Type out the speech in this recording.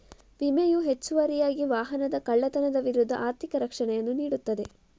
ವಿಮೆಯು ಹೆಚ್ಚುವರಿಯಾಗಿ ವಾಹನದ ಕಳ್ಳತನದ ವಿರುದ್ಧ ಆರ್ಥಿಕ ರಕ್ಷಣೆಯನ್ನು ನೀಡುತ್ತದೆ